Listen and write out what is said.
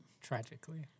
Tragically